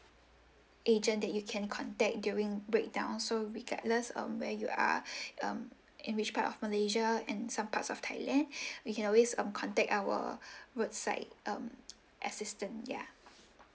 agent that you can contact during breakdown so regardless um where you are um in which part of malaysia and some parts of thailand you can always um contact our roadside um assistant ya